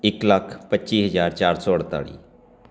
ਇੱਕ ਲੱਖ ਪੱਚੀ ਹਜ਼ਾਰ ਚਾਰ ਸੌ ਅਠਤਾਲੀ